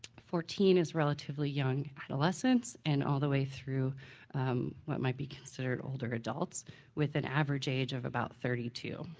fourteen is relatively young adolescence and all the way through what might be considered older adults with an average age of about thirty two.